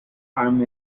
armed